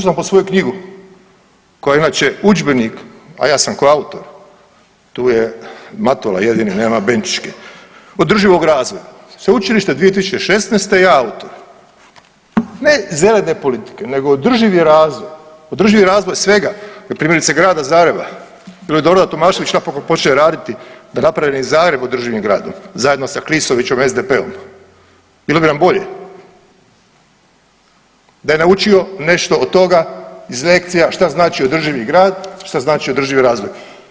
Otišao sam po svoju knjigu koja inače udžbenik, a ja sam koautor, tu je Matula jedini nema Benčićke, održivog razvoja, sveučilište 2016. je autor, ne zelene politike nego održivi razvoj, održivi razvoj svega, primjerice grada Zagreba bilo bi dobro da Tomašević napokon počne raditi da napravi Zagreb održivim gradom zajedno sa Klisovićem SDP-om, bilo bi nam bolje da je naučio nešto od toga iz lekcija šta znači održivi grad, šta znači održivi razvoj.